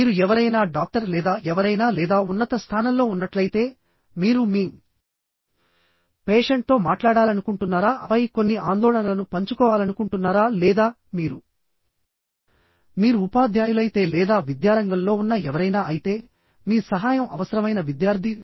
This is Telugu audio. మీరు ఎవరైనా డాక్టర్ లేదా ఎవరైనా లేదా ఉన్నత స్థానంలో ఉన్నట్లయితే మీరు మీ పేషెంట్తో మాట్లాడాలనుకుంటున్నారా ఆపై కొన్ని ఆందోళనలను పంచుకోవాలనుకుంటున్నారా లేదా మీరు మీరు ఉపాధ్యాయులైతే లేదా విద్యారంగంలో ఉన్న ఎవరైనా అయితేమీ సహాయం అవసరమైన విద్యార్థి